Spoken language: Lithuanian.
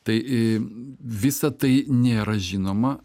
tai visa tai nėra žinoma